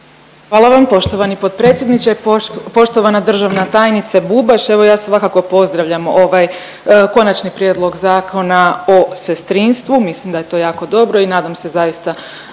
Hvala vam poštovani potpredsjedniče. Poštovana državna tajnice Bubaš, evo ja svakako pozdravljam ovaj Konačni prijedlog Zakona o sestrinstvu. Mislim da je to jako dobro i nadam se zaista